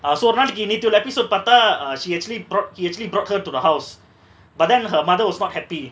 ah so ஒரு நாளைக்கு நேத்து உள்ள:oru naalaiku nethu ulla episode பாத்தா:paatha uh she actually brought she actually brought her to the house but then her mother was not happy